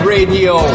Radio